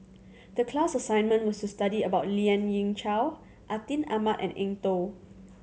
the class assignment was to study about Lien Ying Chow Atin Amat and Eng Tow